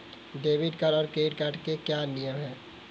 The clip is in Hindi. डेबिट कार्ड और क्रेडिट कार्ड के क्या क्या नियम हैं?